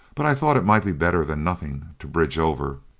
but i thought it might be better than nothing to bridge over.